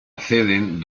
acceden